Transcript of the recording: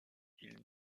ils